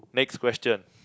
next question